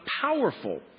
powerful